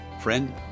Friend